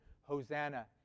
Hosanna